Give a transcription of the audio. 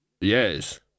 Yes